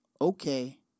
Okay